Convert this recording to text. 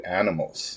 animals